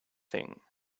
thing